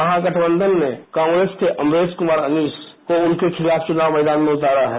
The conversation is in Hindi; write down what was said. महागठबंघन ने कांग्रेस के अमरेश कुमार अनीस उनके खिलाफ चुनाव मैदान में उतारा है